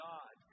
God